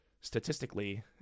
statistically